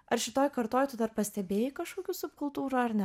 ar šitoj kartoj tu dar pastebėjai kažkokių subkultūrų ar ne